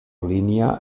línia